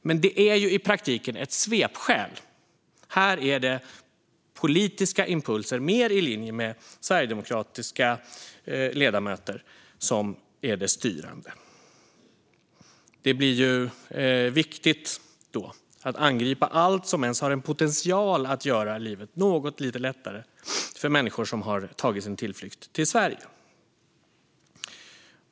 Men det är i praktiken ett svepskäl; här är det politiska impulser mer i linje med sverigedemokratiska ledamöters som är det styrande. Det blir då viktigt att angripa allt som ens har potential att göra livet något lite lättare för människor som har tagit sin tillflykt till Sverige.